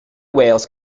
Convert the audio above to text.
whales